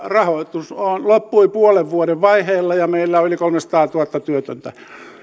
rahoitus loppui puolen vuoden vaiheilla ja meillä on yli kolmesataatuhatta työtöntä